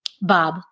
Bob